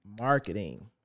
marketing